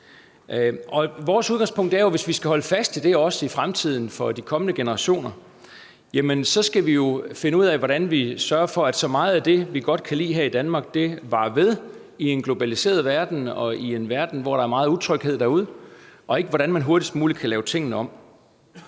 Vores udgangspunkt er, at hvis vi skal holde fast i det også i fremtiden og for de kommende generationer, skal vi finde ud af, hvordan vi sørger for, at så meget af det, som vi godt kan lide her i Danmark, varer ved i en globaliseret verden og i en verden med meget utryghed, og ikke hvordan man hurtigst muligt kan lave tingene om.